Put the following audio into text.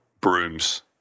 Brooms